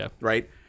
Right